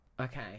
Okay